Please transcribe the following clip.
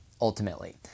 ultimately